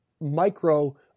micro